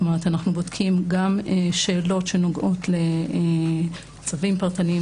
אנחנו בודקים גם שאלות שנוגעות לצווים פרטניים